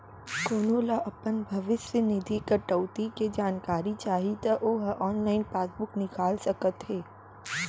कोनो ल अपन भविस्य निधि कटउती के जानकारी चाही त ओ ह ऑनलाइन पासबूक निकाल सकत हे